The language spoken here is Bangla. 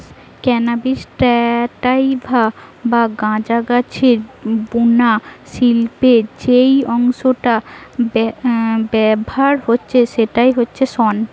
ক্যানাবিস স্যাটাইভা বা গাঁজা গাছের বুনা শিল্পে যেই অংশটা ব্যাভার হচ্ছে সেইটা হচ্ছে শন